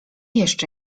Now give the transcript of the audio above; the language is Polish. jeszcze